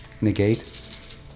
negate